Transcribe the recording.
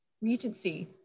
Regency